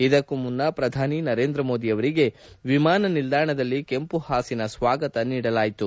ಇದಕ್ಕೂ ಮುನ್ನ ಪ್ರಧಾನಿ ನರೇಂದ್ರ ಮೋದಿ ಅವರಿಗೆ ವಿಮಾನ ನಿಲ್ದಾಣದಲ್ಲಿ ಕೆಂಪು ಹಾಸಿನ ಸ್ವಾಗತ ನೀಡಲಾಯಿತು